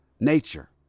nature